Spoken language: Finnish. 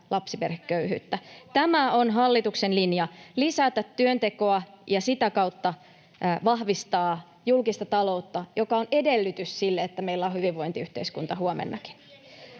vasemmalta] Tämä on hallituksen linja: lisätä työntekoa ja sitä kautta vahvistaa julkista taloutta, mikä on edellytys sille, että meillä on hyvinvointiyhteiskunta huomennakin.